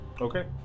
Okay